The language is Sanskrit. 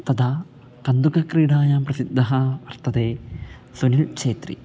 तदा कन्दुकक्रीडायां प्रसिद्धः वर्तते सुनिलछेत्री